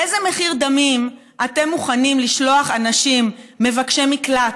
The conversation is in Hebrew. באיזה מחיר דמים אתם מוכנים לשלוח אנשים מבקשי מקלט,